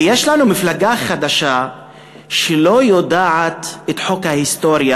ויש לנו מפלגה חדשה שלא יודעת את חוק ההיסטוריה,